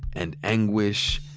and anguish,